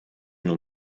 nun